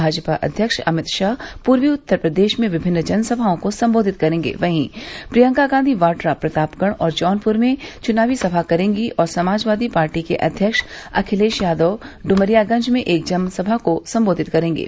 भाजपा अध्यक्ष अमित शाह पूर्वी उत्तर प्रदेश में विभिन्न जनसभाओं को सम्बोधित करेंगे वहीं प्रियंका गांधी वाड़ा प्रतापगढ़ और जौनप्र में चनावी सभा करेंगी और समाजवादी पार्टी के अध्यक्ष अखिलेश यादव ड्मरियागंज में एक जनसभा को सम्बोधित करेंगे